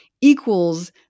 equals